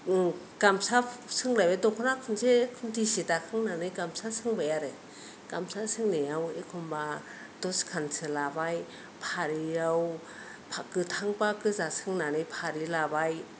गामसा सोंलायबाय दख'ना खुन्से खुन्थिसे दाखांनानै गामसा सोंबाय आरो गामसा सोंनायाव एखमबा दसखानसो लाबाय फारियाव गोथांबा गोजा सोंनानै फारि लाबाय